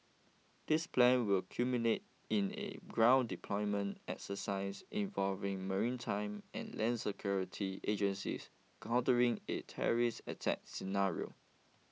this plan will culminate in a ground deployment exercise involving maritime and land security agencies countering a terrorist attack scenario